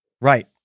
Right